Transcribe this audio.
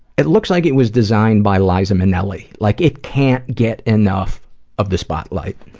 it looks like it was designed by liza minnelli, like it can't get enough of the spotlight.